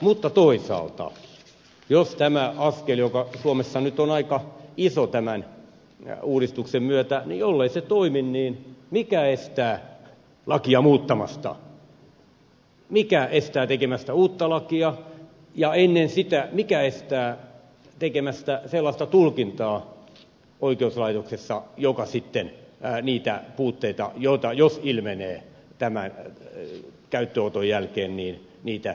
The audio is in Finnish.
mutta toisaalta jos tämä askel joka suomessa nyt on aika iso tämän uudistuksen myötä ei toimi niin mikä estää lakia muuttamasta mikä estää tekemästä uutta lakia ja ennen sitä mikä estää tekemistä sellaista tulkintaa oikeuslaitoksessa joilla sitten niitä puutteita jos niitä ilmenee tämän käyttöönoton jälkeen estetään